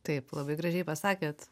taip labai gražiai pasakėt